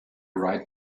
write